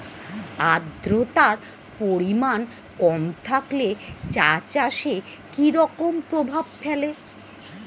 আদ্রতার পরিমাণ কম থাকলে চা চাষে কি রকম প্রভাব ফেলে?